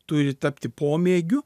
turi tapti pomėgiu